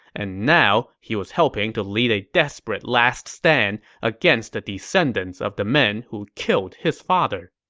and now, he was helping to lead a desperate last stand against the descendants of the men who killed his father